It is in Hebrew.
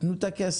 תנו את הכסף,